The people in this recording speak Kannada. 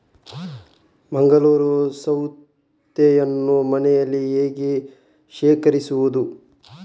ಮಂಗಳೂರು ಸೌತೆಯನ್ನು ಮನೆಯಲ್ಲಿ ಹೇಗೆ ಶೇಖರಿಸುವುದು?